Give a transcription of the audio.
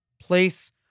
place